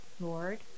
Lord